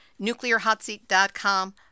nuclearhotseat.com